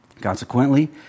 Consequently